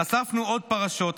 חשפנו עוד פרשות,